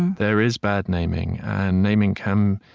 there is bad naming, and naming can,